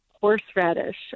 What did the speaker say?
horseradish